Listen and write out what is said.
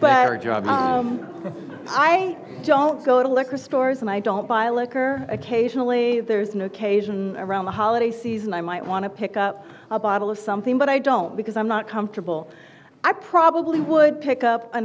job i don't go to liquor stores and i don't buy liquor occasionally there's no occasion around the holiday season i might want to pick up a bottle of something but i don't because i'm not comfortable i probably would pick up a